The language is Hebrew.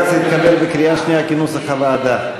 התקבל בקריאה שנייה כנוסח הוועדה.